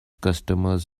customers